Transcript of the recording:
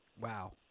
Wow